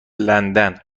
لندن